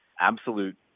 absolute